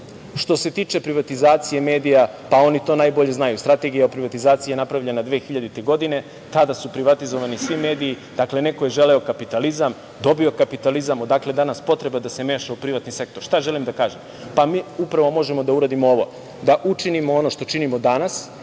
Što se tiče privatizacije medija, pa oni to najbolje znaju, strategija privatizacije je napravljena 2000. godine i tada su privatizovani svi mediji, dakle neko je želeo kapitalizam, dobio je kapitalizam, odakle danas potreba da se meša u privatni sektor? Šta želim da kažem? Mi upravo možemo da uradimo ovo, da učinimo ono što činimo danas